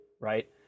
right